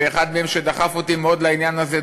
ואחד מהם שדחף אותי מאוד לעניין הזה,